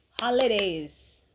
Holidays